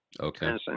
Okay